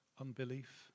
unbelief